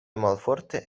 malforte